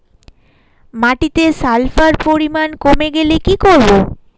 মাটিতে সালফার পরিমাণ কমে গেলে কি করব?